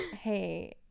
hey